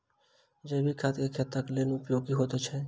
जैविक खाद खेतक लेल उपयोगी होइत छै